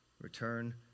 Return